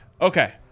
Okay